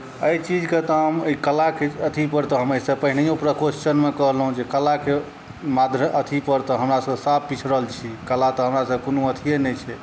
एहि चीजके हम तऽ एहि कलाके अथीपर तऽ हम एहिसँ पहिनहिओ प्रकोश्चनमे कहलहुँ जे कलाके मात्र अथीपर तऽ हमरासब से साफ पिछड़ल छी कला तऽ हमरासबके कोनो अथिए नहि छै